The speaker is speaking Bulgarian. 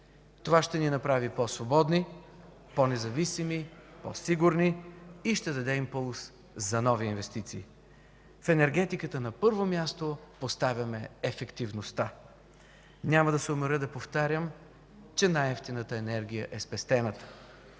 Това ще ни направи по-свободни, по-независими, по-сигурни и ще даде импулс за нови инвестиции. В енергетиката на първо място поставяме ефективността. Няма да се уморя да повтарям, че най-евтината енергия е спестената.